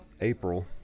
April